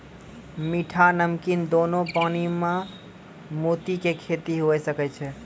मीठा, नमकीन दोनो पानी में मोती के खेती हुवे सकै छै